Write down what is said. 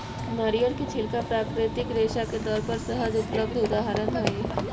नरियर के छिलका प्राकृतिक रेशा के तौर पर सहज उपलब्ध उदाहरण हई